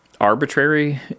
arbitrary